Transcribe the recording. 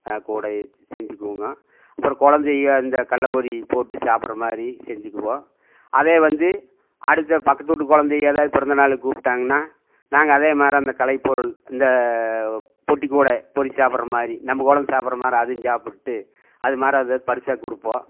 கூடை செஞ்சுக்குவங்கோ அப்புறம் குழந்தைக அந்த கடல பொரி போட்டு சாப்பிற மாதிரி செஞ்சுக்குவோம் அதே வந்து அடுத்த பக்கத்து வீட்டு குழந்தைக எதாவது பிறந்த நாள் கூப்பிட்டாங்கனா நாங்கள் அதே மாதிரி அந்த கலைப்பொருள் அந்த பொட்டிக்கூடை பொரி சாப்பிற மாதிரி நம்ம குழந்த சாப்பிற மாதிரி அதுவும் சாப்பிட்டு அது மாதிரி அதை பரிசாக கொடுப்போம்